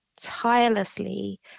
tirelessly